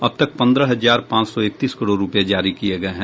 अब तक पंद्रह हजार पांच सौ इकतीस करोड़ रुपये जारी किए गए हैं